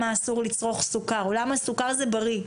אסור לצרוך סוכר או למה סוכר זה בריא.